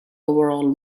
overhaul